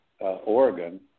Oregon